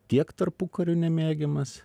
tiek tarpukariu nemėgiamas